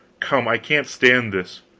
come, i can't stand this!